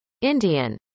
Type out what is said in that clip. Indian